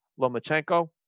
Lomachenko